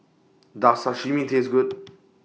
Does Sashimi Taste Good